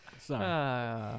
Sorry